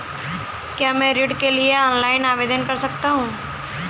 क्या मैं ऋण के लिए ऑनलाइन आवेदन कर सकता हूँ?